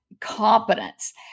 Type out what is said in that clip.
competence